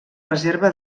reserva